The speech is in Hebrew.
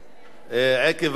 עקב התקלה,